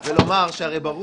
זה מה שנאמר.